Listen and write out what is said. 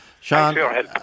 Sean